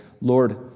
Lord